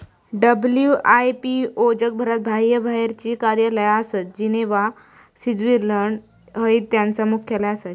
WIPO जगभरात बाह्यबाहेरची कार्यालया आसत, जिनेव्हा, स्वित्झर्लंड हय त्यांचा मुख्यालय आसा